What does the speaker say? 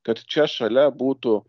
kad čia šalia būtų